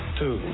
two